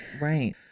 right